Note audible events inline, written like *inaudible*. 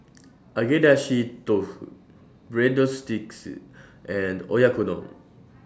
*noise* Agedashi Dofu Breadsticks and Oyakodon